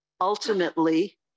ultimately